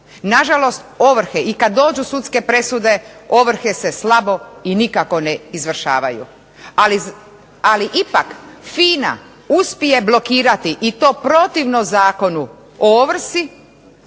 Na žalost ovrhe i kad dođu sudske presude ovrhe se slabo i nikako ne izvršavaju, ali ipak FINA uspije blokirati, i to protivno Zakonu o ovrsi